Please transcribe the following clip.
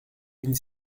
une